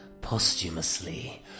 posthumously